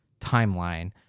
timeline